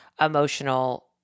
emotional